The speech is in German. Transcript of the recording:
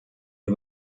bin